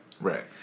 Right